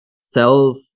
self